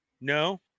no